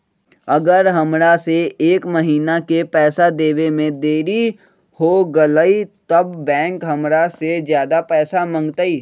अगर हमरा से एक महीना के पैसा देवे में देरी होगलइ तब बैंक हमरा से ज्यादा पैसा मंगतइ?